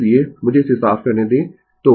इसलिए मुझे इसे साफ करने दें